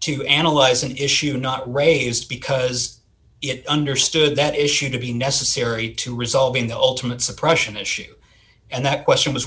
to analyze an issue not raised because it understood that issue to be necessary to resolving the ultimate suppression issue and that question was